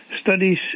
studies